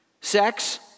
sex